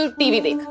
ah b-but.